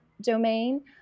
domain